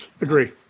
Agree